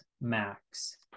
Max